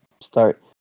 start